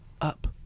Up